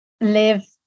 live